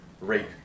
rape